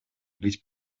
быть